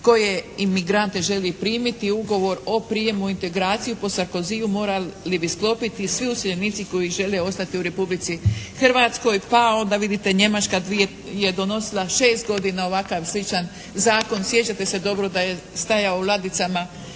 koje imigrante želi primiti. Ugovor o prijemu u integraciju po Sarcozyju morali bi sklopiti svi useljenici koji žele ostati u Republici Hrvatskoj. Pa onda vidite Njemačka dvije, je donosila 6 godina ovakav sličan zakon. Sjećate se dobro da je stajao u ladicama